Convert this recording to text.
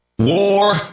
War